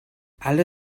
alle